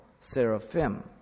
seraphim